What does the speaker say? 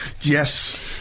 yes